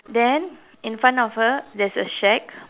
then in front of her there is a shack